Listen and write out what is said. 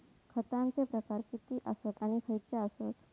खतांचे प्रकार किती आसत आणि खैचे आसत?